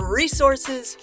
resources